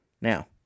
Now